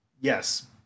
Yes